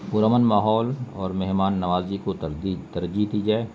پر امن ماحول اور مہمان نوازی کو تر ترجیح دی جائے